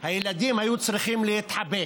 הילדים היו צריכים להתחבא